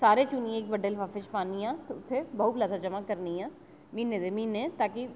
सारे चुनियै इक बड्डे लफाफे च पान्नी आं ते इत्थै बाहूपलाजा जमा करनी आं म्हीने दे म्हीने ता कि